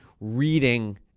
reading